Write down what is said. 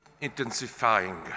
intensifying